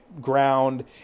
ground